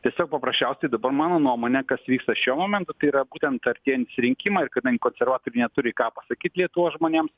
tiesiog paprasčiausiai dabar mano nuomone kas vyksta šiuo momentu tai yra būtent artėjantys rinkimai ir kadangi konservatoriai neturi ką pasakyt lietuvos žmonėms